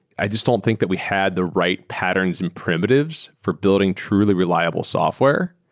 i just don't think that we had the right patterns and primitives for building truly reliable software,